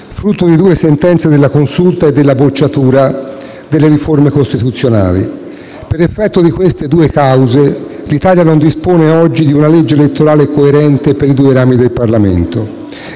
frutto di due sentenze della Consulta e della bocciatura delle riforme costituzionali. Per effetto di queste due cause, l'Italia non dispone oggi di una legge elettorale coerente per i due rami del Parlamento